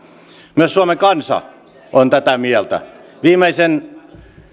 myös suomen kansa on tätä mieltä viimeisen